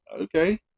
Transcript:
okay